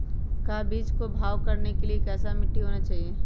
का बीज को भाव करने के लिए कैसा मिट्टी होना चाहिए?